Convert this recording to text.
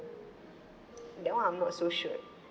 that one I'm not so sure